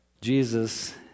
Jesus